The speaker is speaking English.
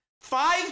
Five